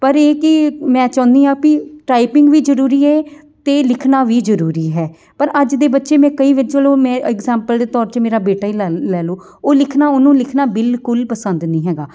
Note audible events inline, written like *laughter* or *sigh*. ਪਰ ਇਹ ਕੀ ਮੈਂ ਚਾਹੁੰਦੀ ਹਾਂ ਵੀ ਟਾਈਪਿੰਗ ਵੀ ਜ਼ਰੂਰੀ ਏ ਅਤੇ ਲਿਖਣਾ ਵੀ ਜ਼ਰੂਰੀ ਹੈ ਪਰ ਅੱਜ ਦੇ ਬੱਚੇ ਮੈਂ ਕਈ *unintelligible* ਮੈਂ ਇੰਗਜ਼ਪਲ ਦੇ ਤੌਰ 'ਚ ਮੇਰਾ ਬੇਟਾ ਹੀ ਲੈ ਲੈ ਲਉ ਉਹ ਲਿਖਣਾ ਉਹਨੂੰ ਲਿਖਣਾ ਬਿਲਕੁਲ ਪਸੰਦ ਨਹੀਂ ਹੈਗਾ